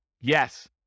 Yes